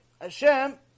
Hashem